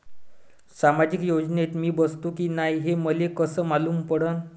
सामाजिक योजनेत मी बसतो की नाय हे मले कस मालूम पडन?